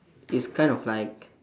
it's kind of like